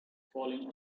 falling